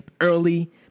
early